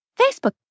Facebook